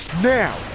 now